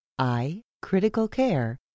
iCriticalCare